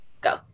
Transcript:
go